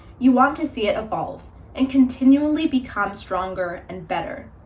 you want to see it evolve and continually become stronger and better.